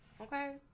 Okay